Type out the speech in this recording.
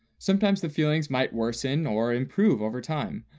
sometimes the feelings might worsen or improve over time.